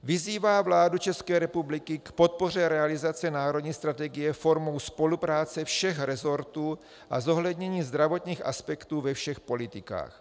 Vyzývá vládu České republiky k podpoře realizace národní strategie formou spolupráce všech resortů a zohlednění zdravotních aspektů ve všech politikách.